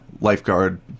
lifeguard